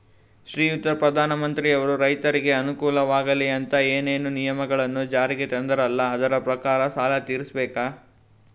ಶ್ರೀಯುತ ಪ್ರಧಾನಮಂತ್ರಿಯವರು ರೈತರಿಗೆ ಅನುಕೂಲವಾಗಲಿ ಅಂತ ಏನೇನು ನಿಯಮಗಳನ್ನು ಜಾರಿಗೆ ತಂದಾರಲ್ಲ ಅದರ ಪ್ರಕಾರನ ಸಾಲ ತೀರಿಸಬೇಕಾ?